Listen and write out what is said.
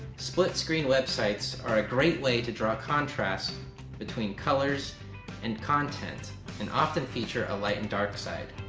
split-screen websites are a great way to draw a contrast between colors and content and often feature a light and dark side.